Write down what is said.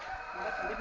ಆರಿಸಿ